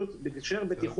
ראשית,